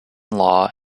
law